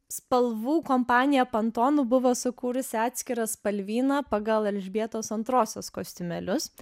spalvų kompanija panton buvo sukūrusi atskirą spalvyną pagal elžbietos antrosios kostiumėlius